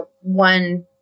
one